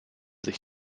sich